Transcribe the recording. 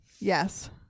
Yes